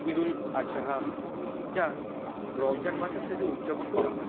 ঈদুল আজহা যা রমজান মাসের শেষে উদ্যাপন করা হয়